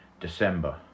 December